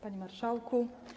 Panie Marszałku!